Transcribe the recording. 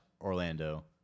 Orlando